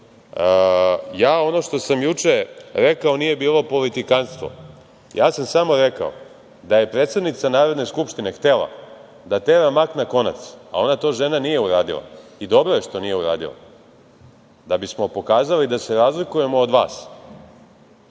Srbiji. Ono što sam juče rekao nije bilo politikanstvo. Ja sam samo rekao da je predsednica Narodne skupštine htela da tera mak na konac, a ona to nije uradila i dobro je što nije uradila da bismo pokazali da se razlikujemo od vas.